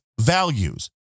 values